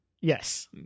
Yes